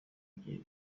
gihe